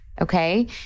Okay